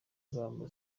ingamba